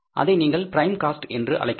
அதை நீங்கள் prime cost என்று அழைக்கலாம்